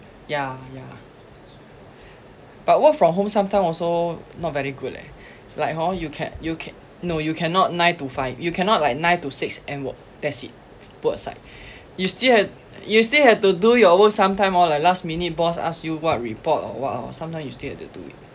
yeah yeah but work from home sometime also not very good leh like hor you ca~ you ca~ no you cannot nine to five you cannot like nine to six end wo~ that's it put aside you still have you still have to do your work sometime all like last minute boss ask you what report or what hor sometimes you have to do it